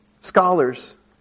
scholars